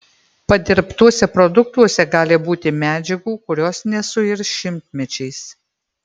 padirbtuose produktuose gali būti medžiagų kurios nesuirs šimtmečiais